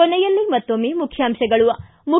ಕೊನೆಯಲ್ಲಿ ಮತ್ತೊಮ್ಮೆ ಮುಖ್ಯಾಂಶಗಳು ು